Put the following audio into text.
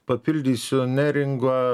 papildysiu neringą